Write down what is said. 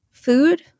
food